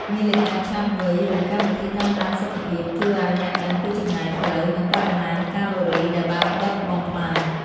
នាឡិកាឆ្លាតវៃ ឬកម្មវិធីតាមដានសុខភាព ជួយឱ្យអ្នកដឹងពីចម្ងាយផ្លូវ និងបរិមាណកាឡូរីដែលបានដុតបំផ្លាញ។